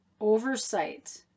Oversight